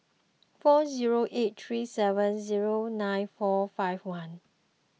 four zero eight three seven zero nine four five one